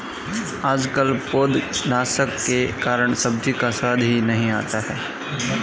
आजकल पौधनाशक के कारण सब्जी का स्वाद ही नहीं आता है